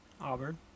Auburn